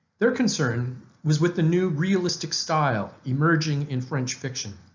their concern was with the new realistic style emerging in french fiction.